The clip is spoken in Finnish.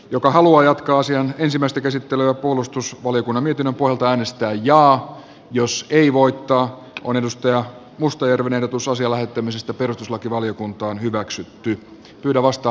joka haluaa jatkaa asian ensimmäistä käsittelyä puolustusvaliokunnan mietinnön pohjalta äänestää jaa jos ei voittaa on jyrki yrttiahon ehdotus asian lähettämisestä perustuslakivaliokuntaan hyväksytty tulevasta